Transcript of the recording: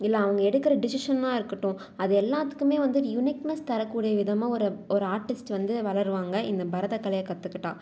இல்லை அவங்க எடுக்கிற டிசிஷனா இருக்கட்டும் அது எல்லாத்துக்குமே வந்து ஒரு யுனிக்னஸ் தரக்கூடிய விதமாக ஒரு ஒரு ஆர்ட்டிஸ்ட் வந்து வளர்வாங்க இந்த பரதக் கலையை கற்றுக்கிட்டா